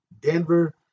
Denver